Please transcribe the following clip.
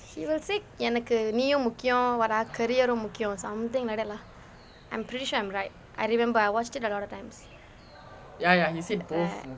he will say எனக்கு நீயும் முக்கியம்:enakku niyum mukkiyam [what] ah career வும் முக்கியம்:vum mukkiyam something like that lah I'm pretty sure I'm right I remember I watched it a lot of times